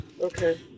Okay